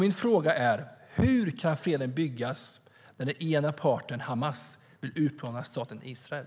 Min fråga är alltså hur fred kan byggas när den ena parten - Hamas - vill utplåna staten Israel.